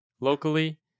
Locally